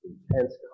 Intense